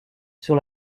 sur